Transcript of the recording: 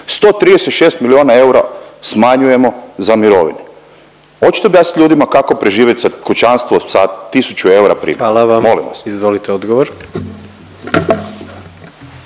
136 milijona eura smanjujemo za mirovine. Hoćete objasniti ljudima kako preživjeti kućanstvo da 1000 eura primanja molim vas.